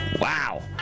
Wow